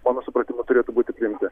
mano supratimu turėtų būti priimti